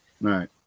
right